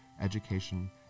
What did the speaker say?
education